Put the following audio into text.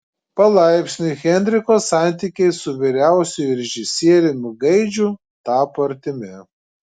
palaipsniui henriko santykiai su vyriausiuoju režisieriumi gaidžiu tapo artimi